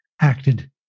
acted